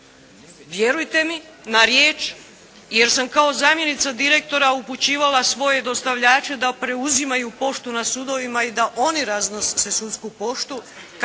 Vjerujte mi na riječ, jer sam kao zamjenica direktora upućivala svoje dostavljače da preuzimaju poštu na sudovima i da oni raznose sudsku poštu